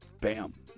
bam